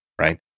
Right